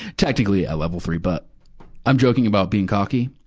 technically a level three, but i'm joking about being cocky.